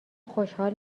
خوشحال